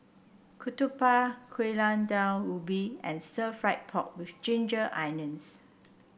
Ketupat Gulai Daun Ubi and stir fry pork with Ginger Onions